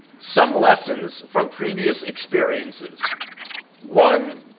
some lessons from previous experiences one,